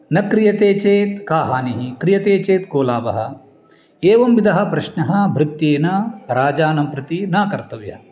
न क्रियते चेत् का हानिः क्रियते चेत् को लाभः एवं विधः प्रश्नः भृत्येन राजानं प्रति न कर्तव्यः